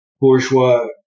Bourgeois